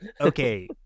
okay